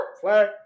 flag